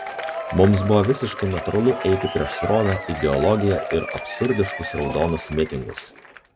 mums buvo visiškai natūralu eiti prieš srovę ideologiją ir absurdiškus raudonus mitingus